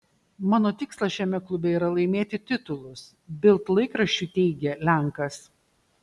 mano tikslas šiame klube yra laimėti titulus bild laikraščiui teigė lenkas